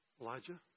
Elijah